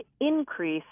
increase